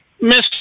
Miss